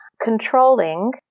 controlling